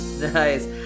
Nice